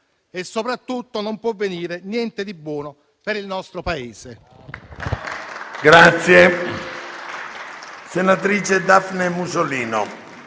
e soprattutto non può venire niente di buono per il nostro Paese.